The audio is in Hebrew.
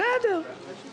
אדוני היושב-ראש,